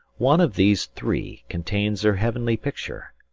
one of these three contains her heavenly picture.